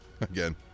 Again